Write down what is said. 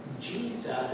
Jesus